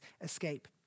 escape